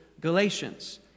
Galatians